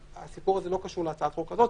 הסיפור הזה לא קשור להצעת החוק הזאת,